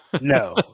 No